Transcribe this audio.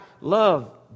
love